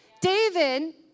David